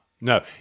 no